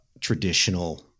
traditional